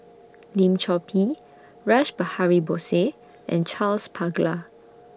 Lim Chor Pee Rash Behari Bose and Charles Paglar